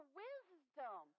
wisdom